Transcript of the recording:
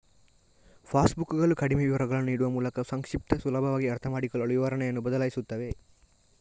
pass ಬುಕ್ಕುಗಳು ಕಡಿಮೆ ವಿವರಗಳನ್ನು ನೀಡುವ ಮೂಲಕ ಸಂಕ್ಷಿಪ್ತ, ಸುಲಭವಾಗಿ ಅರ್ಥಮಾಡಿಕೊಳ್ಳಲು ವಿವರಣೆಯನ್ನು ಬದಲಾಯಿಸುತ್ತವೆ